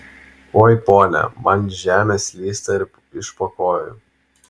oi ponia man žemė slysta iš po kojų